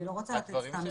אני לא רוצה לתת סתם.